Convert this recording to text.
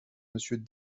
monsieur